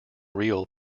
reel